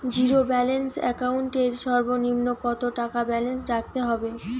Zero balance account এর সর্বনিম্ন কত টাকা ব্যালেন্স রাখতে হবে?